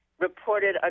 reported